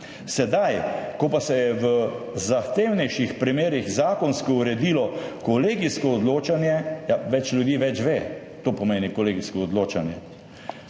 Sedaj, ko pa se je v zahtevnejših primerih zakonsko uredilo kolegijsko odločanje, več ljudi več ve, to pomeni kolegijsko odločanje,